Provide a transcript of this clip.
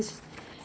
um